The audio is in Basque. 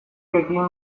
ekin